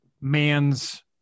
man's